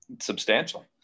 substantial